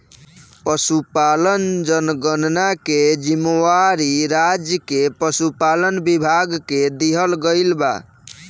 पसुपालन जनगणना के जिम्मेवारी राज्य के पसुपालन विभाग के दिहल गइल बा